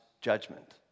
judgment